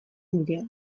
nirea